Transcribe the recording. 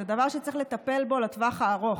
זה דבר שצריך לטפל בו לטווח הארוך,